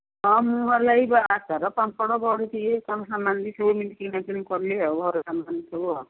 ହଁ ମୁଁ ଭଲ ଏଇ ବା ଆଚାର ପାମ୍ପଡ଼ ବଢୁଚି ଏଇ ସବୁ ସାମାନ ସବୁ ମିଶିକି କିଣା କିିଣି କଲି ଆଉ ଘର ସାମାନ ସବୁ ଆଉ